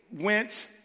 went